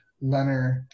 Leonard